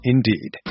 Indeed